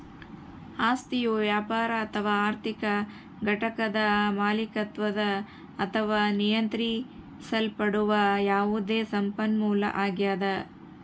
ಆಸ್ತಿಯು ವ್ಯಾಪಾರ ಅಥವಾ ಆರ್ಥಿಕ ಘಟಕದ ಮಾಲೀಕತ್ವದ ಅಥವಾ ನಿಯಂತ್ರಿಸಲ್ಪಡುವ ಯಾವುದೇ ಸಂಪನ್ಮೂಲ ಆಗ್ಯದ